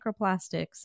microplastics